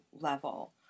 level